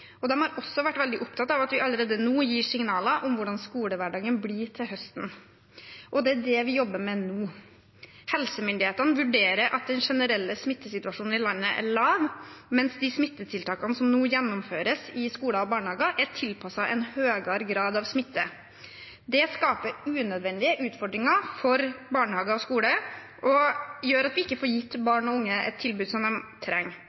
har også vært veldig opptatt av at vi allerede nå gir signaler om hvordan skolehverdagen blir til høsten. Det er det vi jobber med nå. Helsemyndighetene vurderer at den generelle smittesituasjonen i landet er lav, mens de smittetiltakene som nå gjennomføres i skoler og barnehager, er tilpasset en høyere grad av smitte. Det skaper unødvendige utfordringer for barnehager og skoler og gjør at vi ikke får gitt barn og unge det tilbudet de trenger.